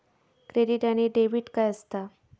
Credit आणि debit काय असता?